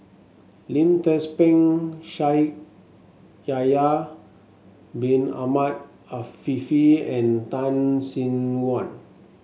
Lim Tze Peng Shaikh Yahya Bin Ahmed Afifi and Tan Sin Aun